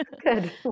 Good